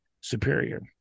superior